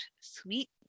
sweet